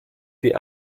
die